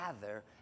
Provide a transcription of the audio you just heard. gather